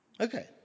Okay